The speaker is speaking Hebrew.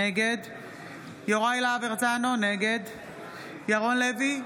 נגד יוראי להב הרצנו, נגד ירון לוי,